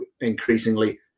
increasingly